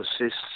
assists